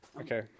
Okay